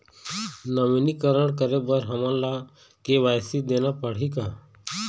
नवीनीकरण करे बर हमन ला के.वाई.सी देना पड़ही का?